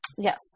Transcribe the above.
Yes